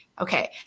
okay